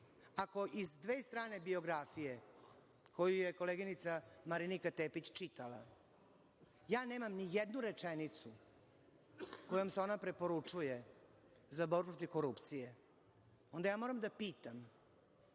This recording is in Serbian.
Ako iz dve strane biografije koju je koleginica Marinika Tepić čitala, ja nemam nijednu rečenicu kojom se ona preporučuju za borbu protiv korupcije. Onda ja moram da pitam,